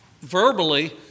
verbally